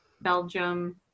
Belgium